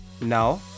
Now